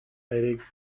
erich